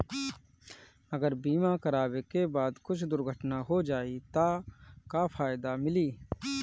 अगर बीमा करावे के बाद कुछ दुर्घटना हो जाई त का फायदा मिली?